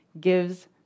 gives